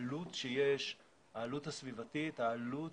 מהעלות הסביבתית, העלות